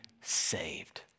saved